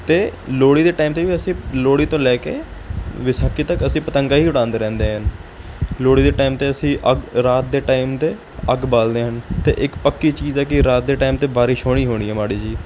ਅਤੇ ਲੋਹੜੀ ਦੇ ਟਾਈਮ 'ਤੇ ਵੀ ਅਸੀਂ ਲੋਹੜੀ ਤੋਂ ਲੈ ਕੇ ਵਿਸਾਖੀ ਤੱਕ ਅਸੀਂ ਪਤੰਗਾ ਹੀ ਉਡਾਉਂਦੇ ਰਹਿੰਦੇ ਹਨ ਲੋਹੜੀ ਦੇ ਟਾਈਮ 'ਤੇ ਅਸੀਂ ਅੱਗ ਰਾਤ ਦੇ ਟਾਈਮ 'ਤੇ ਅੱਗ ਬਾਲਦੇ ਹਨ ਅਤੇ ਇੱਕ ਪੱਕੀ ਚੀਜ਼ ਹੈ ਕਿ ਰਾਤ ਦੇ ਟਾਈਮ 'ਤੇ ਬਾਰਿਸ਼ ਹੋਣੀ ਹੋਣੀ ਆ ਮਾੜੀ ਜਿਹੀ